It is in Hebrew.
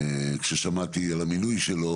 כששמעתי על המינוי שלו